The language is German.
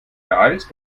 beeilst